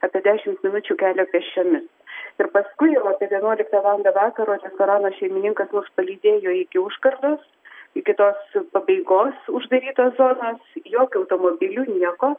apie dešimt minučių kelio pėsčiomis ir paskui jau apie vienuoliktą valandą vakaro restorano šeimininkas mus palydėjo iki užkardos iki tos pabaigos uždarytos zonos jokių automobilių nieko